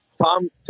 Tom